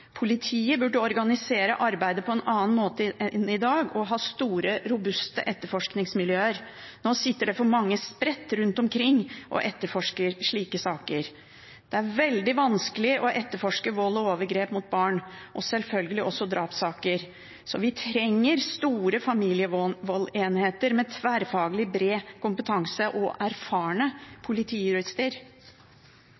burde organisere arbeidet på en annen måte enn i dag og ha store, robuste etterforskningsmiljøer. Nå sitter det for mange spredt rundt i små miljøer og etterforsker slike saker. Det er ytterst vanskelig å etterforske vold og overgrep mot barn, og selvfølgelig også drapssaker. Vi trenger store familievoldenheter med tverrfaglig, bred kompetanse og erfarne